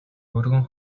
өргөн